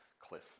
cliff